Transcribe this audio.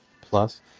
Plus